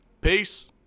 Peace